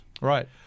Right